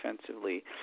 defensively